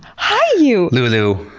hi you! lulu,